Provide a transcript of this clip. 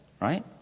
Right